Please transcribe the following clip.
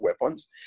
Weapons